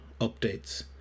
updates